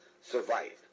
survived